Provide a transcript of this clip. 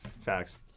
Facts